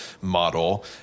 model